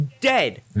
dead